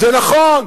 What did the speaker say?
זה נכון.